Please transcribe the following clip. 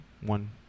one